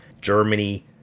Germany